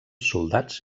soldats